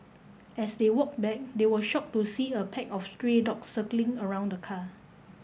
as they walked back they were shocked to see a pack of stray dogs circling around the car